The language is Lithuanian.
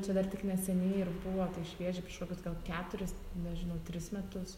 čia dar tik neseniai ir buvo tai šviežia prieš kokius gal keturis nežinau tris metus